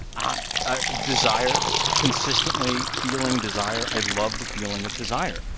ah ah desire consistently feeling desire. i love the feeling of desire.